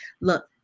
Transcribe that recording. look